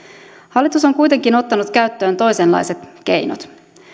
hallitus on kuitenkin ottanut käyttöön toisenlaiset keinot